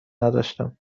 نداشتم